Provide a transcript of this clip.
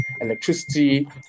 electricity